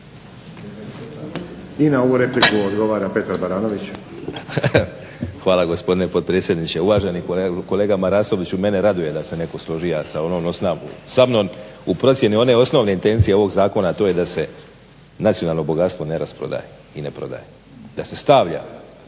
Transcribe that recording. I na ovu repliku odgovara Petar Baranović. **Baranović, Petar (HNS)** Hvala gospodine potpredsjedniče. Uvaženi kolega Marasoviću, mene raduje da se neko složio sa onim osnovnim samnom u procjeni one osnovne intencije ovog zakona, a to je da se nacionalno bogatstvo ne rasprodaje i ne prodaje, da se stavlja,